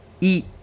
eat